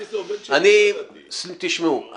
תשמעו,